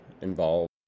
involved